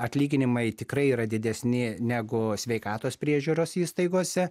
atlyginimai tikrai yra didesni negu sveikatos priežiūros įstaigose